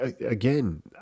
again